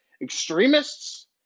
extremists